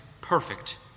perfect